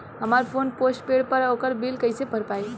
हमार phone postpaid बा ओकर बिल कईसे भर पाएम?